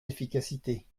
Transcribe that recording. efficacité